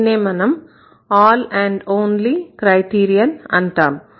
దీన్నే మనం 'all and only' criterion అంటాము